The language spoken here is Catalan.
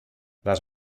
les